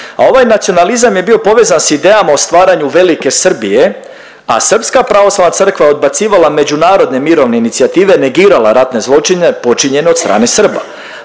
a ovaj nacionalizam je bio povezan s idejama o stvaranju „Velike Srbije“, a SPC odbacivala međunarodne mirovine inicijative, negirala ratne zločine počinjene od strane Srba.